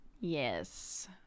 Yes